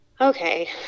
okay